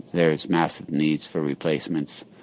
there's massive needs for replacements.